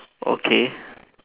okay